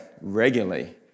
regularly